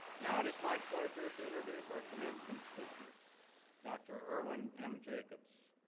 now, it is my pleasure to introduce our commencement speaker dr. irwin m. jacobs.